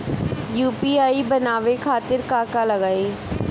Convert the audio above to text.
UPI बनावे खातिर का का लगाई?